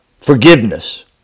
forgiveness